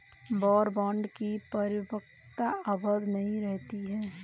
war bond की परिपक्वता अवधि नहीं रहती है